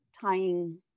tying